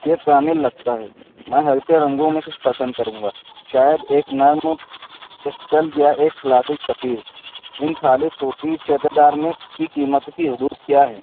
یہ کامل لگتا ہے میں ہلکے رنگوں میں کچھ پسند کروں گا شاید ایک نرم کرسٹل یا ایک کلاسک ستیر ان خالص سوتی چھیدے دار میں کی قیمت کی حدود کیا ہے